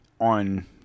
on